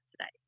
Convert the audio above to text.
today